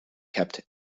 kept